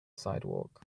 sidewalk